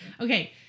Okay